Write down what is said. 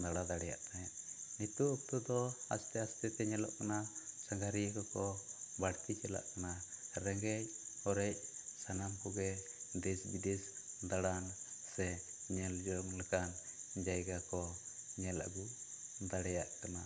ᱫᱟᱬᱟ ᱫᱟᱲᱮᱭᱟᱜ ᱛᱟᱦᱮᱸ ᱱᱤᱛᱚᱜ ᱚᱠᱛᱮ ᱫᱚ ᱟᱥᱛᱮ ᱟᱥᱛᱮ ᱛᱮ ᱧᱮᱞᱚᱜ ᱠᱟᱱᱟ ᱥᱟᱸᱜᱷᱟᱨᱤᱭᱟᱹ ᱠᱚᱠᱚ ᱵᱟᱹᱲᱛᱤ ᱪᱟᱞᱟᱜ ᱠᱟᱱᱟ ᱨᱮᱸᱜᱮᱡ ᱚᱨᱮᱡ ᱥᱟᱱᱟᱢ ᱠᱚᱜᱮ ᱫᱮᱥ ᱵᱤᱫᱮᱥ ᱫᱟᱬᱟᱱ ᱥᱮ ᱧᱮᱞ ᱡᱚᱝ ᱞᱮᱠᱟᱱ ᱡᱟᱭᱜᱟ ᱠᱚ ᱧᱮᱞ ᱟᱹᱜᱩ ᱫᱟᱲᱮᱭᱟᱜ ᱠᱟᱱᱟ